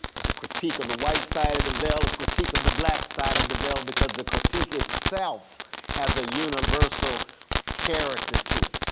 it's a critique of the white side of the veil. critique of the black side of the veil. because the critique itself has a universal character to it.